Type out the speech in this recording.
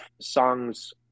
songs